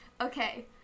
Okay